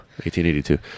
1882